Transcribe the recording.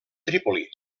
trípoli